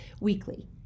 weekly